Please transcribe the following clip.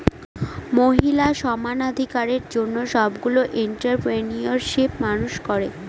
মহিলা সমানাধিকারের জন্য সবগুলো এন্ট্ররপ্রেনিউরশিপ মানুষ করে